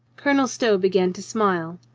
colonel stow began to smile.